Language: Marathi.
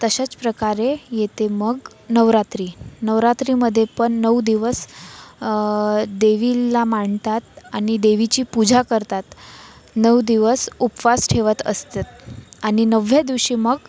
तशाच प्रकारे येते मग नवरात्री नवरात्रीमधे पण नऊ दिवस देवीला मांडतात आणि देवीची पूजा करतात नऊ दिवस उपवास ठेवत असतात आणि नवव्या दिवशी मग